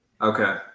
Okay